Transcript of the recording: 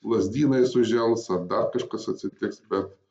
lazdynai sužels ar dar kažkas atsitiks bet